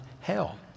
hell